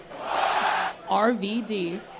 RVD